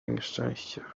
nieszczęście